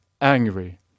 angry